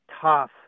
tough